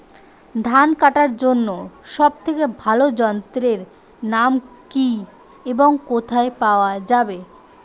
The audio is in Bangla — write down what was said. ধান কাটার জন্য সব থেকে ভালো যন্ত্রের নাম কি এবং কোথায় পাওয়া যাবে?